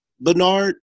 Bernard